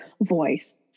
voice